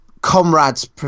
comrades